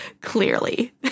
clearly